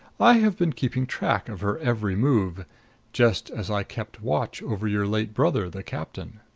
i have been keeping track of her every move just as i kept watch over your late brother, the captain.